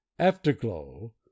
afterglow